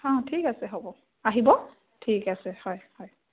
অঁ ঠিক আছে হ'ব আহিব ঠিক আছে হয় হয়